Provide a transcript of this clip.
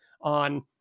on